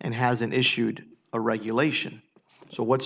and hasn't issued a regulation so what